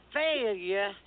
failure